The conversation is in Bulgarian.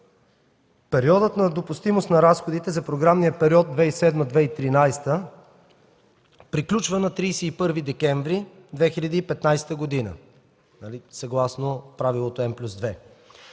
Периодът на допустимост на разходите за програмния период 2007 - 2013 г., приключва на 31 декември 2015 г., съгласно правилото n+2.